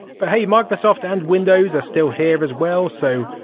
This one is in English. but hey, microsoft and windows are still here as well. so,